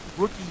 rookie